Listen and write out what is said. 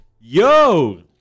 Yo